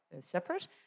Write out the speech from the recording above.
separate